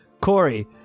Corey